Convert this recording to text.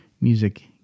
music